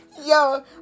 Yo